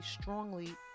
strongly